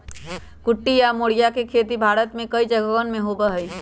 कुटकी या मोरिया के खेती भारत में कई जगहवन पर होबा हई